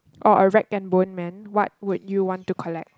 or a rag and bone man what would you want to collect